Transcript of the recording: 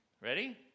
Ready